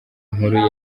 inkuru